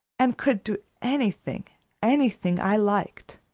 and could do anything anything i liked.